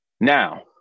Now